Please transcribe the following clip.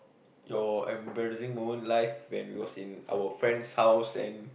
your embarrassing moment life when we was in our friend house and